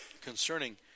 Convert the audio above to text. concerning